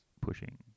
pushing